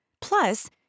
Plus